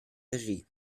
regie